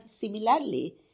similarly